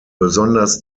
besonders